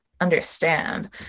understand